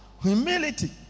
humility